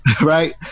Right